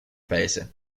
paese